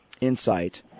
insight